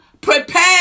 prepare